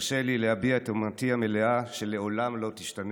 ותרשה לי להביע את אמונתי המלאה שלעולם לא תשתנה.